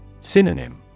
Synonym